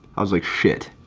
i was like shit.